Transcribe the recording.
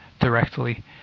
directly